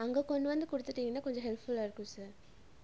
அங்கே கொண்டு வந்து கொடுத்துட்டிங்கனா கொஞ்சம் ஹெல்ப்ஃபுல்லாக இருக்கும் சார்